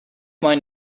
mine